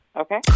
Okay